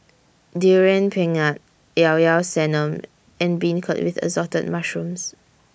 Durian Pengat Llao Llao Sanum and Beancurd with Assorted Mushrooms